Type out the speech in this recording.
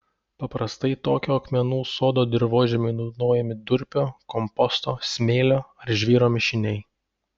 paprastai tokio akmenų sodo dirvožemiui naudojami durpių komposto smėlio ar žvyro mišiniai